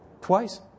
twice